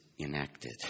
enacted